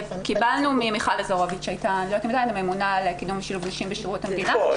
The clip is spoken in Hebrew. קיבלנו ממיכל לזרוביץ' שהייתה הממונה על קידום נשים בשירות המדינה.